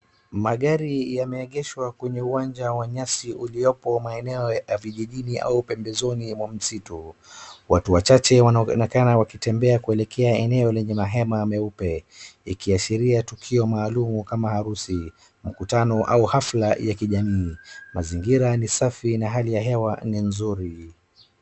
Magari yameegeshwa kwenye uwanja wa nyasi uliopo maeneo ya vijijini au pembezoni mwa msitu, watu wachache wanaonekana wakitembea kuelekea maeneo lenye hema meupe, ikiashiria tukio maalum kama harusi, mkutano ama hafla ya kijamii, mazingira ni safi na hali ya hewa ni nzuri.